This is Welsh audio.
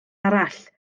arall